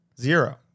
Zero